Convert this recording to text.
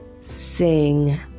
sing